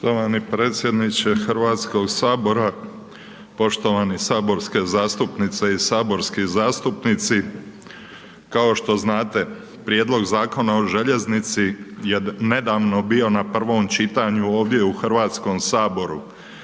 Poštovani predsjedniče HS-a, poštovane saborske zastupnice i saborski zastupnici. Kao što znate, prijedlog Zakona o željeznici je nedavno bio na prvom čitanju ovdje u HS-u te se